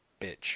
bitch